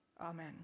Amen